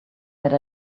that